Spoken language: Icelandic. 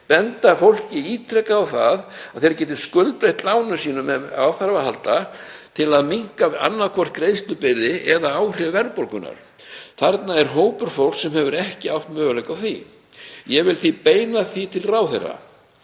benda fólki ítrekað á að það geti skuldbreytt lánum sínum ef á þarf að halda til að minnka annaðhvort greiðslubyrði eða áhrif verðbólgunnar. Þarna er hópur fólks sem hefur ekki átt möguleika á því. Ég vil beina því til ráðherra